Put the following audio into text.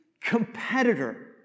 competitor